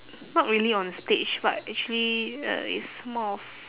not really on stage but actually uh it's more of